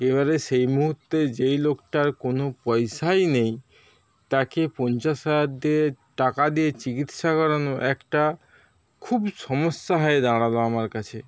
এইবারে সেই মুহূর্তে যেই লোকটার কোনো পয়সাই নেই তাঁকে পঞ্চাশ হাজার দিয়ে টাকা দিয়ে চিকিৎসা করানো একটা খুব সমস্যা হয়ে দাঁড়ালো আমার কাছে